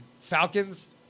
Falcons